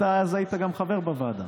אתה אז היית גם חבר בוועדה